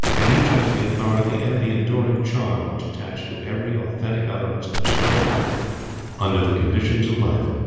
and each has the authority and the enduring charm which attach to every authentic utterance of the spirit of man under the conditions of life.